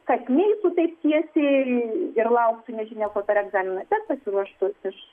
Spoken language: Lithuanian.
kad neitų taip tiesiai ir lauktų nežinia ko per egzaminą bet pasiruoštų iš